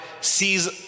sees